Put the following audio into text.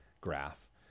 graph